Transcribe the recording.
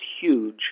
huge